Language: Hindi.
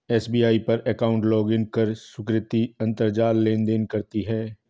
एस.बी.आई पर अकाउंट लॉगइन कर सुकृति अंतरजाल लेनदेन करती है